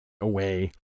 away